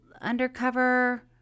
undercover